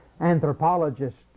Anthropologists